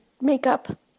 makeup